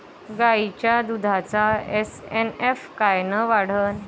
गायीच्या दुधाचा एस.एन.एफ कायनं वाढन?